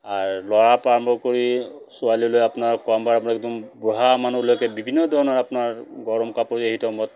আৰু ল'ৰাৰ পৰা ৰম্ভ কৰি ছোৱালীলৈ আপোনাৰ কমবাৰ আপোনাৰ একদম বুঢ়া মানুহলৈকে বিভিন্ন ধৰণৰ আপোনাৰ গৰম কাপোৰ সেইটো সময়ত